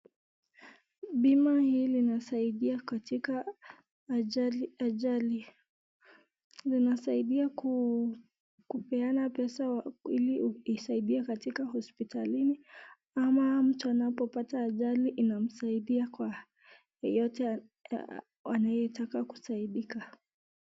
Pima hili inasaidia Katika ajali linasaidia kupeana pesa ili kusaidiwa Kwa hospitali ama mtu anapo pata ajali anamsaidia Kwa yoyote anayetaka kusaidia.